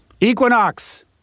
Equinox